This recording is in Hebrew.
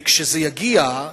כשזה יגיע,